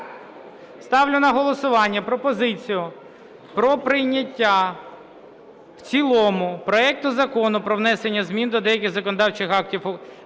Ставлю на голосування пропозицію про прийняття в цілому проекту Закону про внесення змін до деяких законодавчих актів...